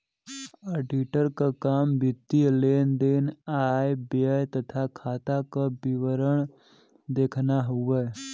auditor क काम वित्तीय लेन देन आय व्यय तथा खाता क विवरण देखना हउवे